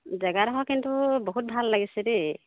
জেগাডোখৰ কিন্তু বহুত ভাল লাগিছে দেই